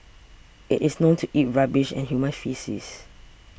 it is known to eat rubbish and human faeces